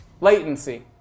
Latency